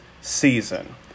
season